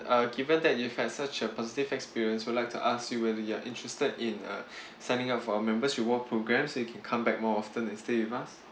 uh given that you've had such a positive experience we'd like to ask you whether you are interested in uh signing up for our members reward programmes so you can come back more often and stay with us